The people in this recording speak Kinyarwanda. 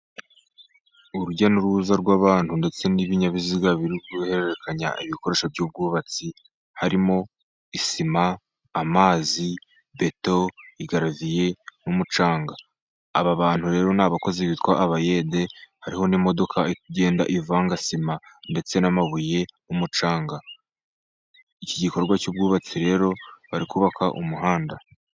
Urujya n'uruza rw'abantu ndetse n'ibinyabiziga biri guhererekanya ibikoresho by'ubwubatsi, harimo isima, amazi, beto, igaraviye n'umucanga. Aba bantu rero ni abakozi bitwa abayede, hariho n'imodoka iri kugenda ivanga sima ndetse n'amabuye n'umucanga. Iki gikorwa cy'ubwubatsi rero bari kubaka umuhanda.